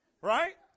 Right